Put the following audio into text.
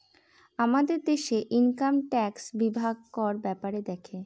আমাদের দেশে income tax বিভাগ কর ব্যাপারে দেখে